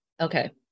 Okay